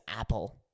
Apple